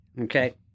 Okay